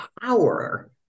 power